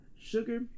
sugar